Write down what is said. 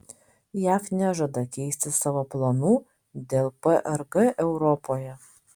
jav nežada keisti savo planų dėl prg europoje